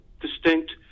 distinct